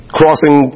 crossing